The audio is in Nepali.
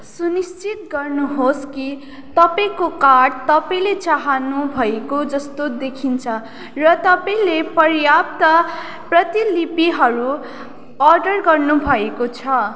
सुनिश्चित गर्नु होस् कि तपाईँको कार्ड तपाईँले चाहनु भएको जस्तो देखिन्छ र तपाईँले पर्याप्त प्रतिलिपिहरू अर्डर गर्नु भएको छ